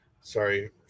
sorry